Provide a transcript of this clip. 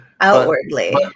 Outwardly